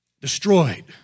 destroyed